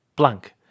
Blank